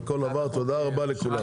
הכול עבר, ותודה רבה לכולם.